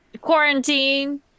quarantine